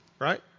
right